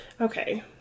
okay